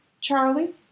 Charlie